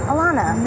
Alana